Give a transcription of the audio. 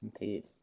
Indeed